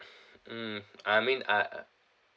mm I mean I uh